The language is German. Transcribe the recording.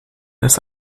das